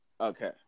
Okay